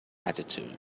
attitude